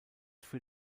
für